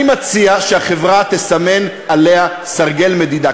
אני מציע שהחברה תסמן עליה סרגל מדידה,